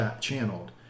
channeled